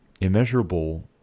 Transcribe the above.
immeasurable